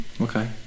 okay